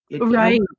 right